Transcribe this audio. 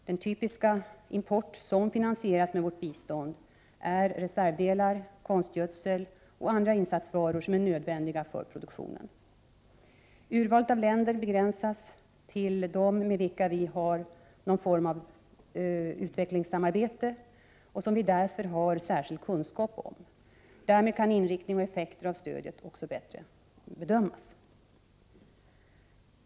Den typiska import som finansieras med vårt bistånd är reservdelar, konstgödsel och andra insatsvaror som är nödvändiga för produktionen. Urvalet av länder begränsas till dem med vilka vi tidigare har någon form av utvecklingssamarbete och som vi därför har särskild kunskap om. Därmed kan inriktning och effekter av stödet också bättre bedömas.